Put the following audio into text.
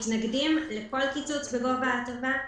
מתנגדים לכל קיצוץ בגובה ההטבה,